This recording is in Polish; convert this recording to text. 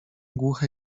głuche